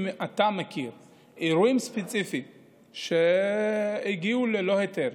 אם אתה מכיר אירועים ספציפיים שהגיעו ללא היתר,